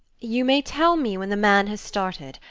you may tell me when the man has started.